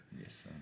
Yes